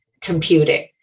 computing